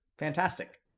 Fantastic